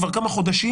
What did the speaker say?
כבר כמה חודשים.